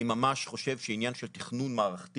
אני ממש חושב שעניין של תכנון מערכתי